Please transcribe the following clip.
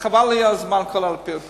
חבל לי על הזמן, כל הפירוט,